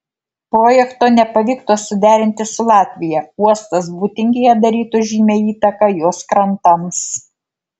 projekto nepavyktų suderinti su latvija uostas būtingėje darytų žymią įtaką jos krantams